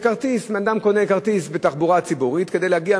שאם אדם קונה כרטיס בתחבורה הציבורית כדי להגיע